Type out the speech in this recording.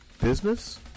Business